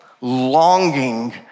longing